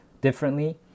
differently